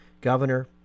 Governor